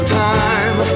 time